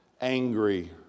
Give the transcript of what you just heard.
angry